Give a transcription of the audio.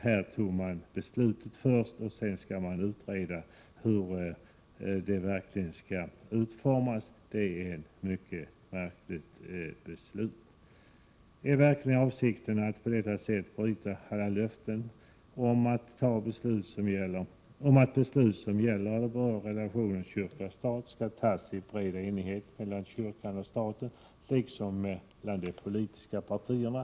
Här fattades beslutet först, och sedan skall det utredas hur det hela verkligen skall utformas. Det är ett mycket märkligt beslut. Är verkligen avsikten att på detta sätt bryta alla löften om att beslut som Prot. 1987/88:109 gäller eller berör relationen kyrka-stat skall fattas i bred enighet mellan 27 april 1988 kyrkan och staten liksom mellan de politiska partierna?